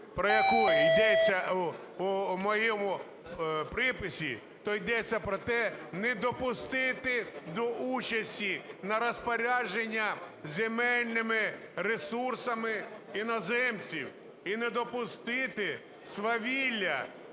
про яку йдеться у моєму приписі, то йдеться про те: не допустити до участі на розпорядження земельними ресурсами іноземців і не допустити свавілля